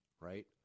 Right